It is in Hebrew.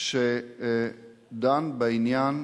שדנה בעניין